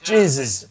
Jesus